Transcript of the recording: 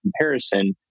comparison